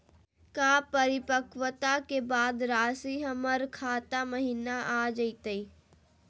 का परिपक्वता के बाद रासी हमर खाता महिना आ जइतई?